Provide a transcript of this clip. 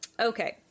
Okay